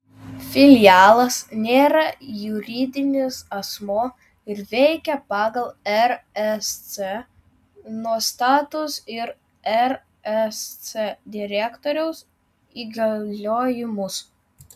filialas nėra juridinis asmuo ir veikia pagal rsc nuostatus ir rsc direktoriaus įgaliojimus